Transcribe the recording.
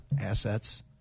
assets